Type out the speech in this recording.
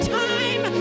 time